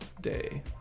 day